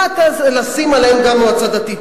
לשים עליהם גם מועצה דתית,